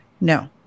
no